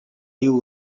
new